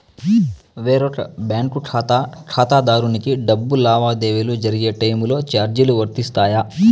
వేరొక బ్యాంకు ఖాతా ఖాతాదారునికి డబ్బు లావాదేవీలు జరిగే టైములో చార్జీలు వర్తిస్తాయా?